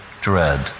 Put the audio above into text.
dread